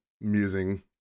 musing